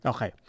Okay